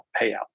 payout